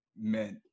meant